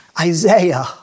Isaiah